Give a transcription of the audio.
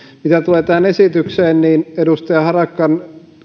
mitä tulee tähän esitykseen niin edustaja harakan